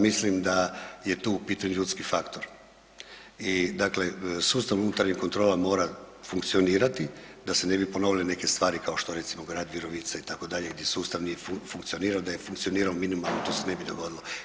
Mislim da je tu u pitanju ljudski faktor i sustav unutarnjih kontrola mora funkcionirati da se ne bi ponovile neke stvari, kao što recimo grad Virovitica itd. gdje sustav nije funkcionirao, da je funkcionirao minimalno to se ne bi dogodilo.